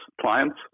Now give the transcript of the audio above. clients